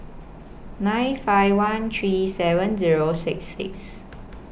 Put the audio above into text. nine five one three seven Zero six six